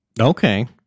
Okay